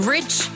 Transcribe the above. Rich